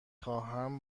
خواهم